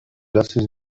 glasses